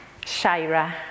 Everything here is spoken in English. Shaira